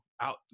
out